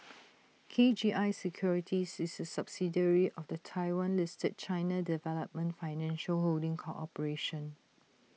K G I securities is A subsidiary of the Taiwan listed China development financial holding corporation